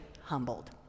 humbled